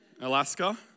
Alaska